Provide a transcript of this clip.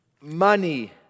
money